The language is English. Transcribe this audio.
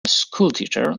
schoolteacher